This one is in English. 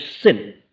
sin